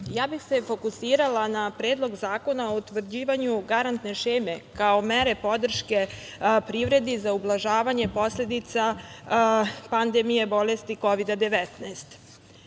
bih se fokusirana na Predlog zakona o utvrđivanju garantne šeme kao mere podrške privredi za ublažavanje posledica pandemije bolesti Kovida-19.Ono